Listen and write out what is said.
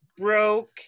broke